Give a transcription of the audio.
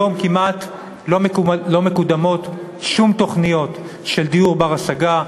היום כמעט לא מקודמות שום תוכניות של דיור בר-השגה,